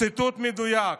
ציטוט מדויק.